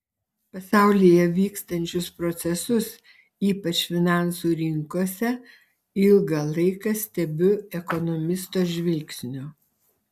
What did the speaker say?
pasaulyje vykstančius procesus ypač finansų rinkose ilgą laiką stebiu ekonomisto žvilgsniu